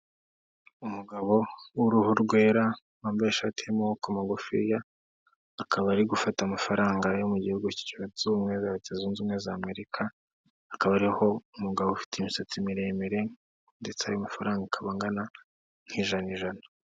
Umugabo w'uruhu rwera wambaye ishati y'amaboko magufiya akaba ari gufata amafaranga yo mu gihugu cyunze ubumwe za leta zunze ubumwe za Amerika, hakaba hariho umugabo ufite imisatsi miremire ndetse ayo mafaranga akaba angana nk'ijana ijana.